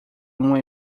uma